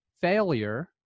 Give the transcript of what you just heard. failure